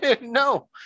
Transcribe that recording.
No